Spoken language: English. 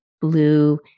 blue